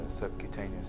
subcutaneous